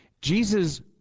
Jesus